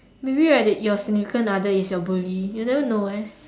maybe right your significant other is your bully you never know eh